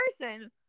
person